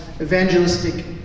evangelistic